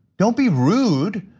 don't be rude.